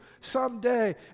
someday